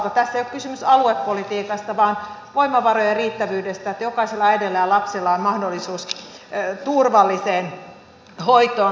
tässä ei ole kyse aluepolitiikasta vaan voimavarojen riittävyydestä siitä että jokaisella äidillä ja lapsella on mahdollisuus turvalliseen hoitoon